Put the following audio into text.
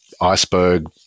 iceberg